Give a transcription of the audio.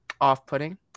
off-putting